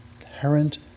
Inherent